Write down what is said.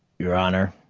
your honor,